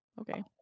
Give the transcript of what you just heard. Okay